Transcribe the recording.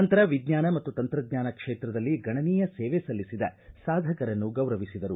ನಂತರ ವಿಜ್ಞಾನ ಮತ್ತು ತಂತ್ರಜ್ಞಾನ ಕ್ಷೇತ್ರದಲ್ಲಿ ಗಣನೀಯ ಸೇವೆ ಸಲ್ಲಿಸಿದ ಸಾಧಕರನ್ನು ಗೌರವಿಸಿದರು